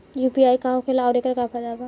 UPI का होखेला आउर एकर का फायदा बा?